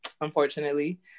unfortunately